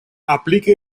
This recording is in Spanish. aplique